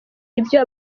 ibyo